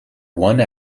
one